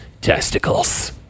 testicles